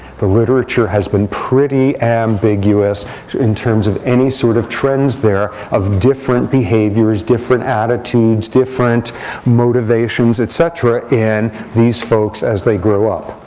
the literature has been pretty ambiguous in terms of any sort of trends there of different behaviors, different attitudes, different motivations, et cetera, in these folks as they grow up.